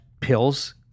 pills